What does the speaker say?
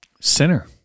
Sinner